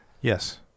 Yes